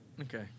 Okay